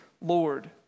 Lord